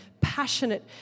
passionate